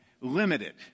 limited